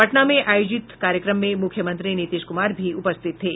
पटना में आयोजित कार्यक्रम में मुख्यमंत्री नीतीश कुमार भी उपस्थित थे